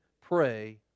pray